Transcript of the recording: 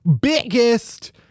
biggest